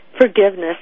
forgiveness